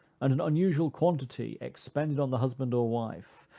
and an unusual quantity expended on the husband or wife,